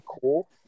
cool